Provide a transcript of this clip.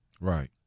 Right